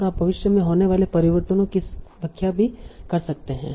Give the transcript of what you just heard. और आप भविष्य में होने वाले परिवर्तनों की व्याख्या कर सकते हैं